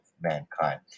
mankind